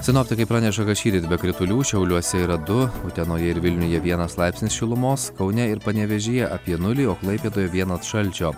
sinoptikai praneša kad šįryt be kritulių šiauliuose yra du utenoje ir vilniuje vienas laipsnis šilumos kaune ir panevėžyje apie nulį o klaipėdoje vienas šalčio